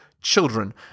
children